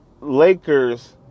Lakers